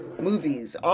movies